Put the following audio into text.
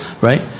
right